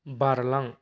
बारलां